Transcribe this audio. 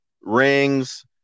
rings